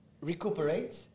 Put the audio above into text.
Recuperate